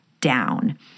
down